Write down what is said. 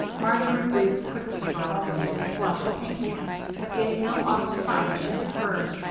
marjory breathed quickly for a moment and flushed pink but gave no audible sign that she had heard.